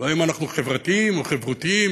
לא אם אנחנו חברתיים, חברותיים